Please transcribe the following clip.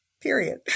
period